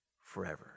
forever